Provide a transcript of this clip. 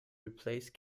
replace